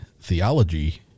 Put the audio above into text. theology